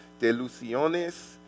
delusiones